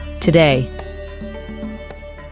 today